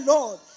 Lord